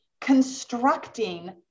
constructing